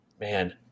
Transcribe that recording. Man